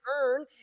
earn